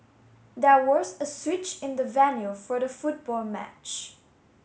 there was a switch in the venue for the football match